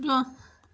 برٛونٛہہ